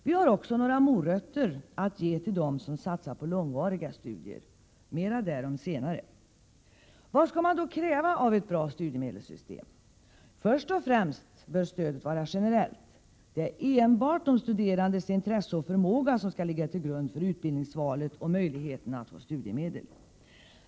Vi har också några morötter att ge till dem som satsar på långvariga studier. Mera därom senare. Vad skall man då kräva av ett bra studiemedelssystem? Först och främst bör stödet vara generellt. Det är enbart den studerandes intresse och förmåga som skall ligga till grund för utbildningsvalet och möjligheten att få studiemedel.